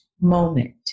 moment